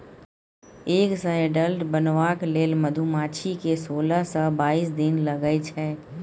egg सँ adult बनबाक लेल मधुमाछी केँ सोलह सँ बाइस दिन लगै छै